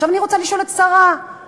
עכשיו אני רוצה לשאול את שר האוצר: